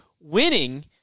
winning